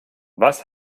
was